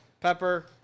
pepper